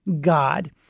God